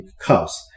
cause